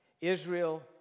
Israel